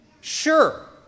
Sure